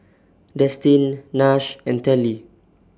Destin Nash and Telly